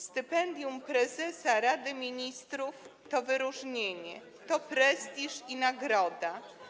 Stypendium prezesa Rady Ministrów to wyróżnienie, to prestiż i nagroda.